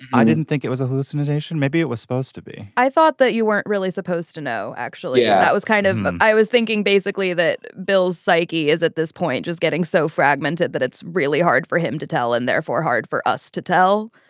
i didn't think it was a hallucination maybe it was supposed to be i thought that you weren't really supposed to know. actually yeah that was kind of and i was thinking basically that bill's psyche is at this point just getting so fragmented that it's really hard for him to tell and therefore hard for us to tell.